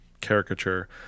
caricature